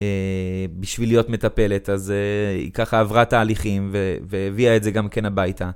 אה... בשביל להיות מטפלת, אז אה... היא ככה עברה תהליכים, ו-והביאה את זה גם כן הביתה.